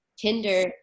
Tinder